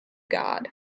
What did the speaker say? god